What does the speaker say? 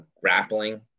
grappling